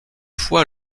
fois